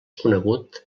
conegut